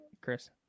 Chris